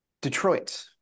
Detroit